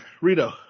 rito